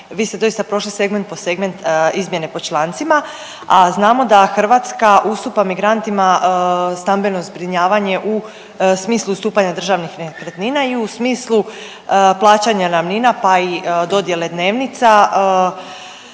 Vi ste doista prošli segment po segment izmjene po člancima, a znamo da Hrvatska ustupa migrantima stambeno zbrinjavanje u smislu ustupanja državnih nekretnina i u smislu plaćanja najamnina, pa i dodjele dnevnica,